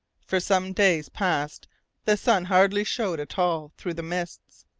for some days past the sun hardly showed at all through the mists.